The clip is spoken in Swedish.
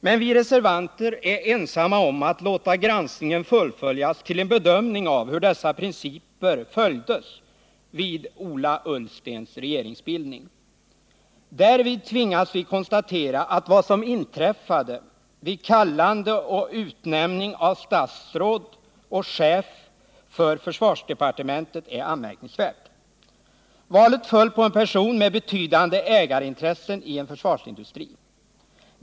Men vi reservanter är ensamma om att låta granskningen fullföljas till en bedömning av hur dessa principer följdes vid Ola Ullstens regeringsbildning. Därvid tvingas vi konstatera att vad som inträffade vid kallande och utnämning av statsråd och chef för försvarsdepartementet är anmärkningsvärt. Valet föll på en person med betydande ägarintressen i en försvarsindustri.